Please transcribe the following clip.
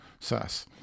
SAS